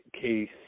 case